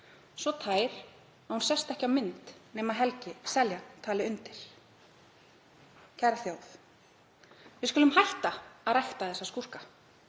Svo tær að hún sést ekki á mynd nema Seljan tali undir.“ Kæra þjóð. Við skulum hætta að rækta þessa skúrka,